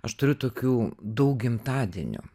aš turiu tokių daug gimtadienių